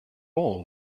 all